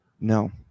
No